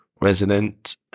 resident